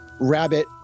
rabbit